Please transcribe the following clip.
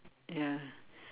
ya